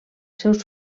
seus